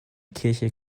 kirche